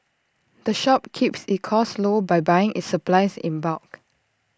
the shop keeps its costs low by buying its supplies in bulk